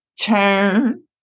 turn